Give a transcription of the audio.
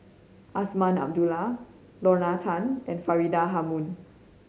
Azman Abdullah Lorna Tan and Faridah Hanum